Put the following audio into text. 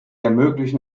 ermöglichen